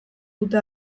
dute